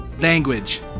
Language